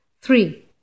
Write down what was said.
Three